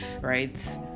right